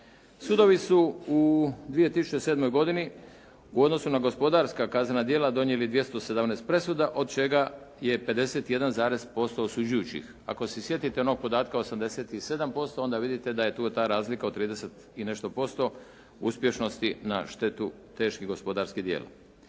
Sudovi su u 2007. godini u odnosu na gospodarska kaznena djela donijeli 217 presuda od čega je 50,1% osuđujućih. Ako se sjetite onog podatka 87%, onda vidite da je tu ta razlika od 30 i nešto posto uspješnosti na štetu teških gospodarskih djela.